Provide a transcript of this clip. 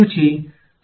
વિદ્યાર્થી સર્ફેસ